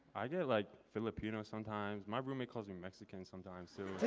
i get like filipino sometimes. my roommate calls me mexican sometimes.